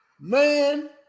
Man